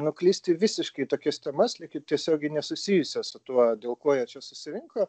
nuklysti visiškai į tokias temas lyg tiesiogiai nesusijusias su tuo dėl ko jie čia susirinko